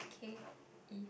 K_E